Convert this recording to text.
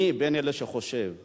אני בין אלה שחושבים